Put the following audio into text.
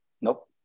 Nope